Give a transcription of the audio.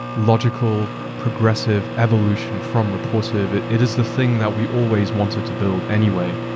logical, progressive evolution from rapportive. it it is the thing that we always wanted to build anyway.